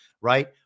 right